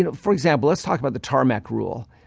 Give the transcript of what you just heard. you know for example, let's talk about the tarmac rule.